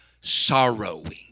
sorrowing